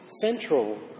central